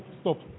stop